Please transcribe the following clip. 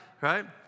right